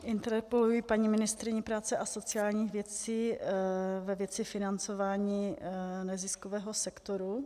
Interpeluji paní ministryni práce a sociálních věcí ve věci financování neziskového sektoru.